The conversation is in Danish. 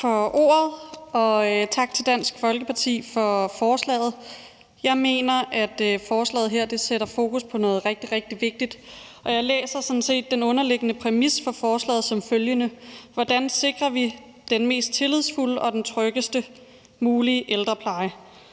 Tak for ordet, og tak til Dansk Folkeparti for forslaget. Jeg mener, at forslaget her sætter fokus på noget rigtig, rigtig vigtigt, og jeg læser sådan set den underliggende præmis for forslaget som følgende: Hvordan sikrer vi den mest tillidsfulde og den tryggest mulige ældrepleje?